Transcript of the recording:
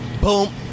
Boom